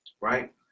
right